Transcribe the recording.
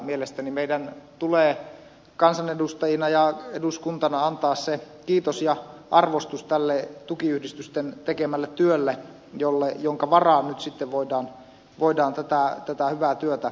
mielestäni meidän tulee kansanedustajina ja eduskuntana antaa se kiitos ja arvostus tälle tukiyhdistysten tekemälle työlle jonka varaan nyt sitten voidaan tätä hyvää työtä jatkaa